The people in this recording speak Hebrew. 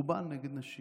רובם נגד נשים.